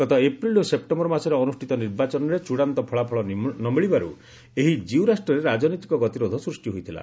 ଗତ ଏପ୍ରିଲ୍ ଓ ସେପ୍ଟେମ୍ବର ମାସରେ ଅନୁଷ୍ଠିତ ନିର୍ବାଚନରେ ଚୂଡ଼ାନ୍ତ ଫଳାଫଳ ନ ମିଳିବାରୁ ଏହି ଜିୟୁ ରାଷ୍ଟ୍ରରେ ରାଜନୈତିକ ଗତିରୋଧ ସୃଷ୍ଟି ହୋଇଥିଲା